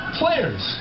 players